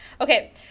Okay